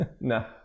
No